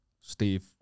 Steve